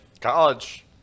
college